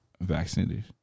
Vaccinated